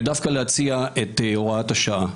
ודווקא להציע את הוראת השעה.